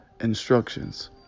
instructions